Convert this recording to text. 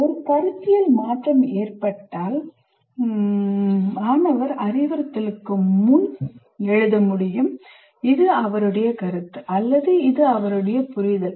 ஒரு கருத்தியல் மாற்றம் ஏற்பட்டால் மாணவர் அறிவுறுத்தலுக்கு முன் எழுத முடியும் இது அவருடைய கருத்து அல்லது இது அவருடைய புரிதல்